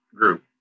group